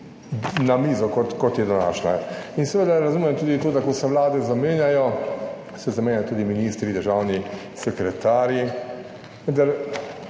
na mizo, kot je današnja. In seveda razumem tudi to, da ko se Vlade zamenjajo, se zamenjajo tudi ministri, državni sekretarji.